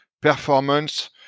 performance